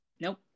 Nope